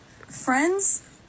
friends